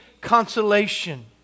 consolation